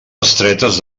estretes